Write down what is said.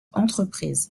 entreprise